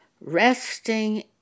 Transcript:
resting